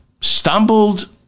stumbled